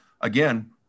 again